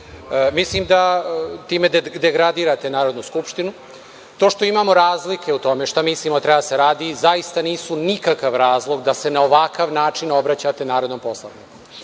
Mislim da time degradirate Narodnu skupštinu. To što imamo razlike u tome šta mislimo da treba da se radi zaista nisu nikakav razlog da se na ovakav način obraćate narodnom poslaniku.